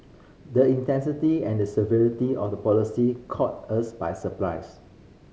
the intensity and the severity of the policies caught us by surprise